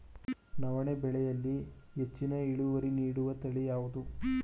ನವಣೆ ಬೆಳೆಯಲ್ಲಿ ಹೆಚ್ಚಿನ ಇಳುವರಿ ನೀಡುವ ತಳಿ ಯಾವುದು?